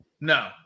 no